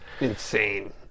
insane